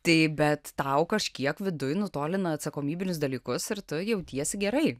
tai bet tau kažkiek viduj nutolina atsakomybinius dalykus ir tu jautiesi gerai